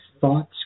thoughts